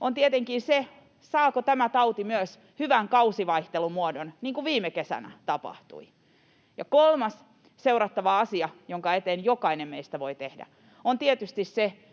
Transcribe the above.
on tietenkin se, saako tämä tauti myös hyvän kausivaihtelumuodon, niin kuin viime kesänä tapahtui. Ja kolmas seurattava asia, jonka eteen jokainen meistä voi tehdä, on tietysti se,